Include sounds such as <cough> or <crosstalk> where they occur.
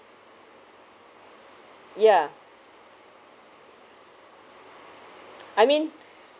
ya I mean <breath>